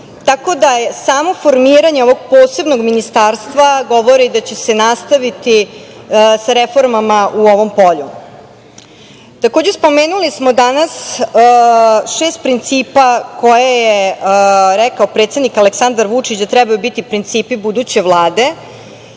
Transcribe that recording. tako da samo formiranje ovog posebnog ministarstva govori da će se nastaviti sa reformama u ovom polju. Spomenuli smo danas šest principa koje je rekao predsednik Aleksandar Vučić da trebaju biti principi buduće Vlade.